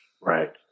Right